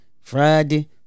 friday